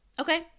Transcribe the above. Okay